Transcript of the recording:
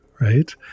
right